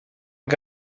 que